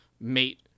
mate